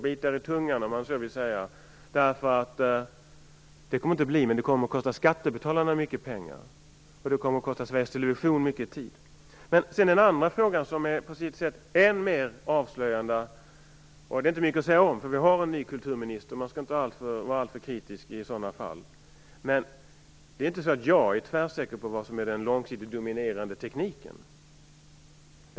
Ni kommer att bita er i tungan. Det kommer att kosta skattebetalarna mycket pengar och det kommer att kosta Sveriges Television mycket tid. Den andra frågan är än mer avslöjande. Det är inte mycket att säga om. Vi har en ny kulturminister och man skall inte vara alltför kritisk. Det är inte så att jag är tvärsäker på vad som är den långsiktigt dominerande tekniken.